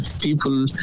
people